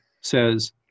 says